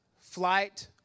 flight